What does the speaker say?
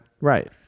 Right